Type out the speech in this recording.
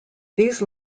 these